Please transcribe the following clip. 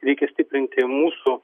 reikia stiprinti mūsų